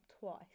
twice